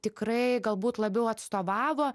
tikrai galbūt labiau atstovavo